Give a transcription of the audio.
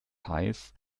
hais